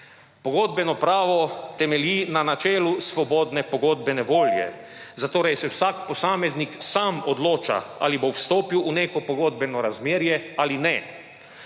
Pogodbeno pravo temelji na načelu svobodne pogodbene volje, zatorej se vsak posameznik sam odloča, ali bo vstopil v neko pogodbeno razmerje ali ne.